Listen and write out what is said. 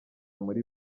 muri